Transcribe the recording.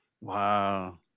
Wow